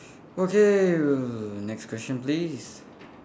okay next question please